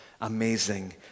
amazing